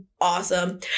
awesome